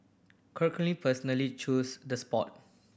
Churchill personally chose the spot